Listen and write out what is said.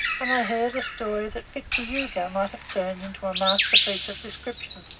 and i heard a story that victor hugo might have turned into a masterpiece of description.